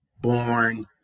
born